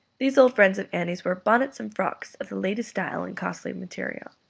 these old friends of annie's wore bonnets and frocks of the latest style and costly material.